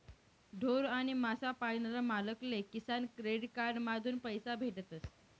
ढोर आणि मासा पायनारा मालक ले किसान क्रेडिट कार्ड माधून पैसा भेटतस